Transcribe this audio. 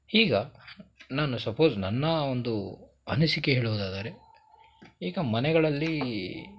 ಹೀಗ ನಾನು ಸಪೋಸ್ ನನ್ನ ಒಂದು ಅನಿಸಿಕೆ ಹೇಳುವುದಾದರೆ ಈಗ ಮನೆಗಳಲ್ಲಿ